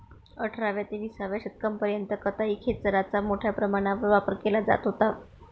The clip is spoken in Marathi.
अठराव्या ते विसाव्या शतकापर्यंत कताई खेचराचा मोठ्या प्रमाणावर वापर केला जात होता